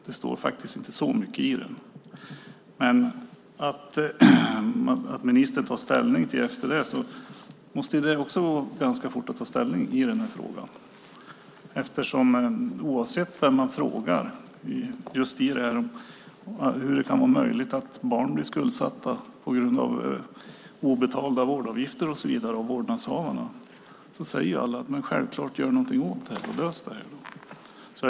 Det står faktiskt inte så mycket i den. Det måste också gå ganska fort att ta ställning i frågan. Oavsett vem man frågar hur det kan vara möjligt att barnen blir skuldsatta på grund av obetalda vårdavgifter av vårdnadshavare tycker alla att något självklart ska göras åt det hela.